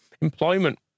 employment